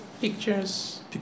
Pictures